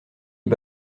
les